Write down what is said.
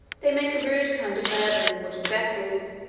they make a rude kind of earthen and wooden vessels,